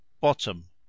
bottom